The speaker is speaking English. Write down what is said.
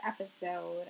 episode